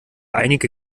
einige